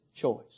choice